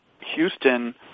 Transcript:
Houston